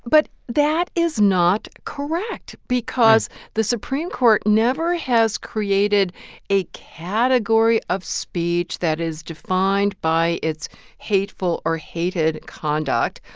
but that is not correct because the supreme court never has created a category of speech that is defined by its hateful or hated conduct,